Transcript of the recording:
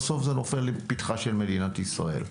בסוף זה נופל לפתחה של מדינת ישראל,